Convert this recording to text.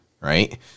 right